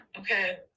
Okay